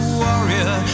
warrior